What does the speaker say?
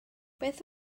beth